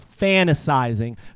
fantasizing